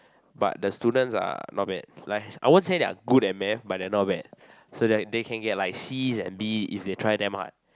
but the students are not bad like I won't that they're good at math but they're not bad so that they can get like Cs and D if they try damn hard